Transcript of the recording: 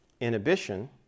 inhibition